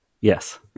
Yes